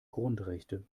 grundrechte